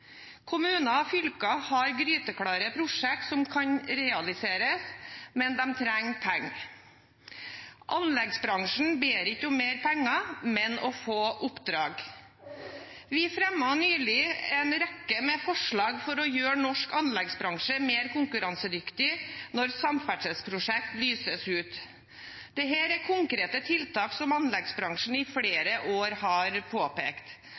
Kommuner og fylker har gryteklare prosjekter som kan realiseres, men de trenger penger. Anleggsbransjen ber ikke om mer penger, men om å få oppdrag. Vi fremmet nylig en rekke forslag for å gjøre norsk anleggsbransje mer konkurransedyktig når samferdselsprosjekt lyses ut. Dette er konkrete tiltak som anleggsbransjen i flere år har påpekt.